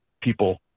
people